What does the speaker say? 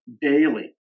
daily